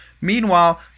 Meanwhile